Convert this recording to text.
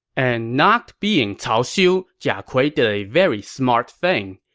and not being cao xiu, jia kui did a very smart thing.